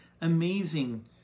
amazing